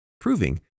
proving